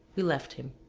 we left him.